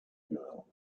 girl